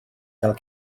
gael